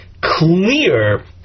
clear